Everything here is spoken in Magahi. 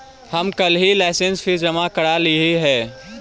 हम कलहही लाइसेंस फीस जमा करयलियइ हे